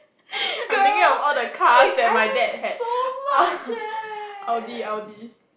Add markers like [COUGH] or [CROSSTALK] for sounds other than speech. [LAUGHS] I am thinking of all the cars that my dad had [LAUGHS] Audi Audi